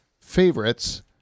favorites